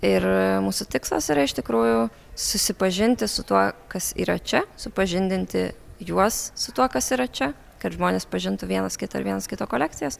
ir mūsų tikslas yra iš tikrųjų susipažinti su tuo kas yra čia supažindinti juos su tuo kas yra čia kad žmonės pažintų vienas kitą ir vienas kito kolekcijas